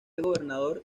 gobernador